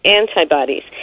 antibodies